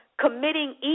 committing